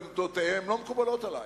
ועמדותיהם לא מקובלות עלי.